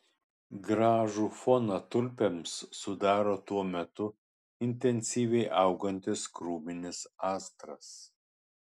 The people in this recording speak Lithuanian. gražų foną tulpėms sudaro tuo metu intensyviai augantis krūminis astras